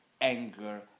anger